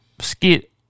Skit